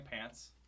pants